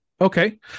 Okay